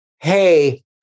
hey